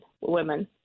women